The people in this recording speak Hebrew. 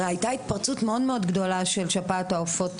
הרי השנה הייתה התפרצות מאוד מאוד גדולה של שפעת העופות,